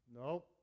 No